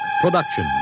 production